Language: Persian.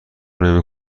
نمی